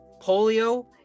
polio